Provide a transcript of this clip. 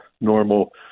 normal